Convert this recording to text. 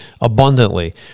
abundantly